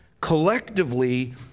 collectively